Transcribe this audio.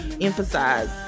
emphasize